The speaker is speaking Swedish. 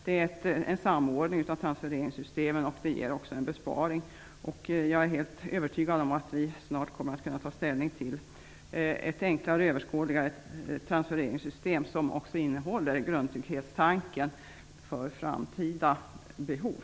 Det är en samordning av transfereringssystemen och det ger också en besparing. Jag är helt övertygad om att vi snart kommer att kunna ta ställning till ett enklare och överskådligare transfereringssystem, som också innehåller en grundtrygghetstanke för framtida behov.